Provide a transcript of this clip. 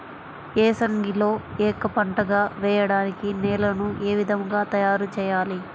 ఏసంగిలో ఏక పంటగ వెయడానికి నేలను ఏ విధముగా తయారుచేయాలి?